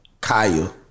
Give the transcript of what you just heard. Kaya